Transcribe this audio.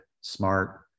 smart